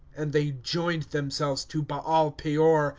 and they joined themselves to baal-peor,